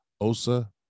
osa